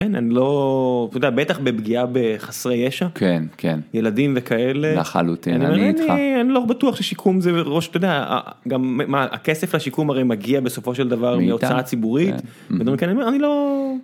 אני לא יודע בטח בפגיעה בחסרי ישע, כן, כן, ילדים וכאלה לחלוטין אני לא בטוח ששיקום זה ראש, ת'יודע גם מה הכסף השיקום הרי מגיע בסופו של דבר מהוצאה ציבורית. אני לא.